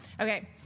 Okay